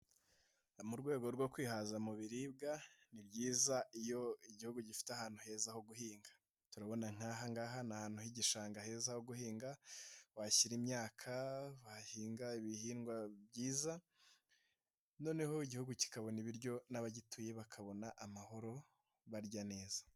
Mu rwego rwo kwihaza mu biribwa ni byiza iyo Igihugu gifite ahantu heza ho guhinga, turabona nk'aha ngaha ni ahantu h'igishanga heza ho guhinga, washyira imyaka, wahinga ibihingwa byiza noneho Igihugu kikabona ibiryo n'abagituye, bakabona amahoro barya neza.